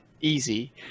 easy